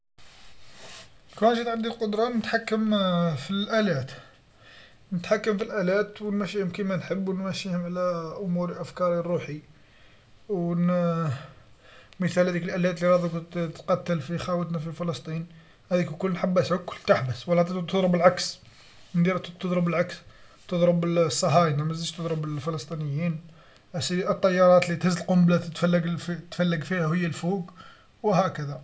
لو كان جات عندي القدره نتحكم فالآلات نتحكم فالآلات ونمشيهم كيما نحب ونمشيهم على أموري و أفكاري روحي او مثال هاديك الآلات لي راهي ذوك تقتل في خاوتنا في فلسطين هاديك الكل نحبسها الكل تحبس ولا تضرب العكس نديرها تضرب العكس تضرب الصهاينه متزيدش تضرب الفلسطينيين اسيدي الطيارات لي تهز القنبلات تفلق تفلق فيها و هي لفوقو هكذا.